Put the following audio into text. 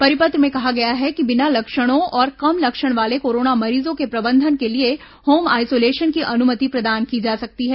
परिपत्र में कहा गया है बिना लक्षणों और कम लक्षण वाले कोरोना मरीजों के प्रबंधन के लिए होम आइसोलेशन की अनुमति प्रदान की जा सकती है